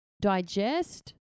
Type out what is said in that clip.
digest